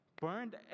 burned